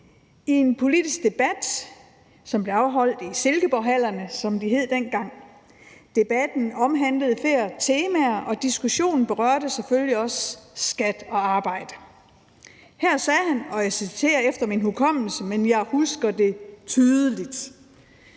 i en politisk debat, som blev afholdt i Silkeborg-Hallerne, som de hed dengang. Debatten omhandlede flere temaer, og diskussionen berørte selvfølgelig også skat og arbejde. Her sagde han, og jeg citerer efter min hukommelse, men jeg husker det tydeligt: